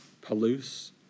Palouse